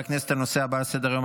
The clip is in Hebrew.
שישה בעד, אין מתנגדים.